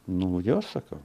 nu jo sakau